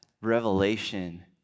revelation